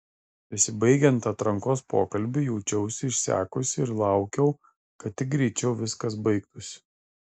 besibaigiant atrankos pokalbiui jaučiausi išsekusi ir laukiau kad tik greičiau viskas baigtųsi